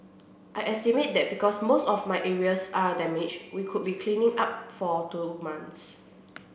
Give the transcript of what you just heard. I estimate that because most of my areas are damaged we could be cleaning up for two months